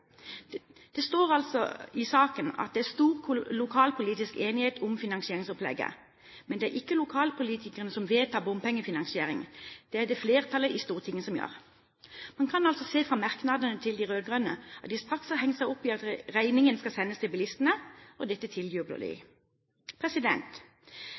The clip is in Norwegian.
Det står i saken at det er stor lokalpolitisk enighet om finansieringsopplegget. Men det er ikke lokalpolitikerne som vedtar bompengefinansiering. Det er det flertallet i Stortinget som gjør. Man kan se i merknadene til de rød-grønne at de straks har hengt seg opp i at regningen skal sendes til bilistene, og dette tiljubler